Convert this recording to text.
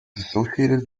associated